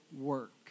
work